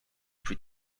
plus